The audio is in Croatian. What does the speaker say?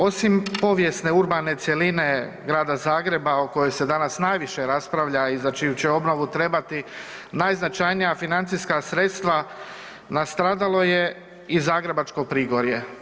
Osim povijesne urbane cjeline grada Zagreba o kojoj se danas najviše raspravlja i za čiju će obnovu trebati najznačajnija financijska sredstva, nastradalo je i zagrebačko Prigorje.